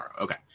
Okay